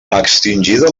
extingida